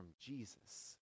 Jesus